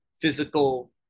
physical